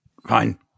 fine